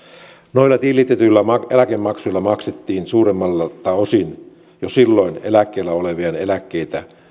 noilla tilitetyillä eläkemaksuilla maksettiin suuremmalta osin jo silloin eläkkeellä olevien eläkkeitä